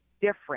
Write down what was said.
different